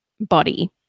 body